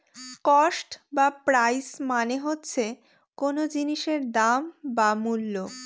cost বা price মানে হচ্ছে কোন জিনিসের দাম বা মূল্য